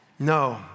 No